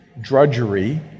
drudgery